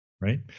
Right